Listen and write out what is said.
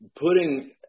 putting